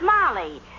Molly